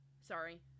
Sorry